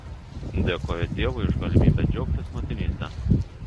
dėkoju dievui už galimybę džiaugtis motinyste